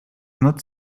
not